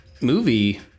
movie